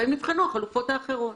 והאם נבחנו החלופות האחרות.